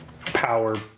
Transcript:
power